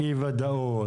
בין אם הדייר עצמו ביקש,